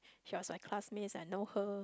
she was my classmate I know her